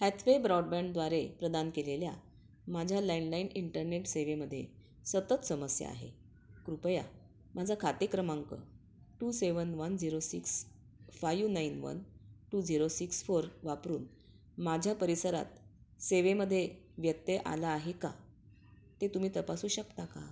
Hathway ब्रॉडबँडद्वारे प्रदान केलेल्या माझ्या लँडलाईन इंटरनेट सेवेमध्ये सतत समस्या आहे कृपया माझा खाते क्रमांक two seven one zero six five nine one two zero six four वापरून माझ्या परिसरात सेवेमध्ये व्यत्यय आला आहे का ते तुम्ही तपासू शकता का